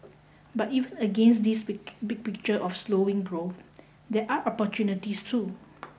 but even against this big big picture of slowing growth there are opportunities too